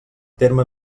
terme